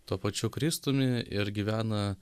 tuo pačiu kristumi ir gyvena